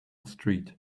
street